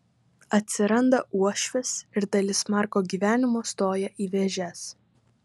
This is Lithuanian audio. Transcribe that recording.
atsiranda uošvis ir dalis marko gyvenimo stoja į vėžes